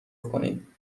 کنید